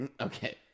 Okay